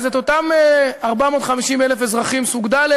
אז את אותם 450,000 אזרחים סוג ד',